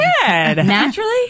Naturally